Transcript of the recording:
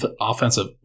offensive